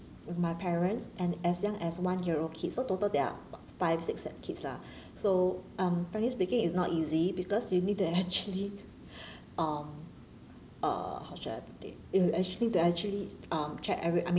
with my parents and as young as one year old kid so total there are about five six seven kids lah so um frankly speaking it's not easy because you need to actually um uh how should I put it you actually to actually um check every I mean